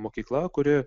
mokykla kuri